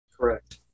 correct